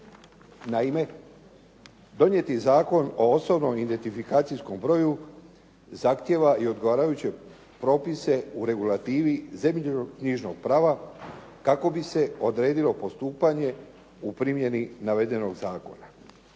Naime, donijeti Zakon o osobnom identifikacijskom broju zahtijeva i odgovarajuće propise u regulativi zemljišno-knjižnog prava kako bi se odredilo postupanje u primjeni navedenog zakona.